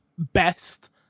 best